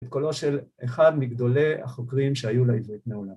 ‫בקולו של אחד מגדולי החוקרים ‫שהיו לעברית מעולם.